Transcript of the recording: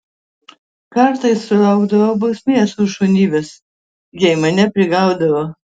kartais sulaukdavau bausmės už šunybes jei mane prigaudavo